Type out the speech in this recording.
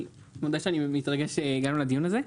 אני מתרגש שהגענו לדיון הזה.